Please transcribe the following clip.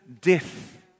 death